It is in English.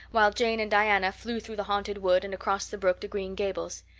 while jane and diana flew through the haunted wood and across the brook to green gables.